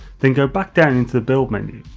then go back down into the build menu,